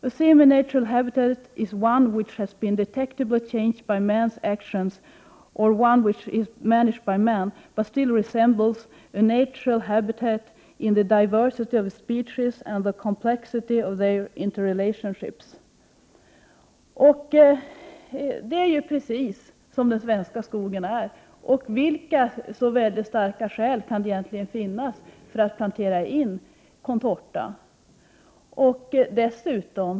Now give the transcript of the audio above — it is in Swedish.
A semi-natural habitat is one which has been detectably changed by man's actions or one which is managed by man, but still resembles a natural habitat in the diversity of its species and the complexity of their interrelationships.” Det är precis som den svenska skogen är. Vilka starka skäl kan det egentligen finnas för att plantera ut contorta?